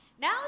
Now